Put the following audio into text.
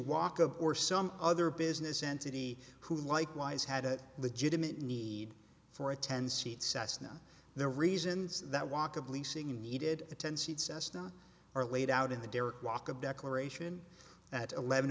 walk up or some other business entity who likewise had a legitimate need for a ten seat cessna the reasons that walk of leasing you needed a ten seat cessna are laid out in the dark walk of declaration at eleven